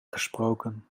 gesproken